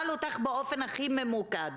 אשאל אותך באופן הכי ממוקד,